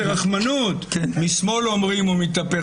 זה רחמנות: משמאל אומרים הוא מתהפך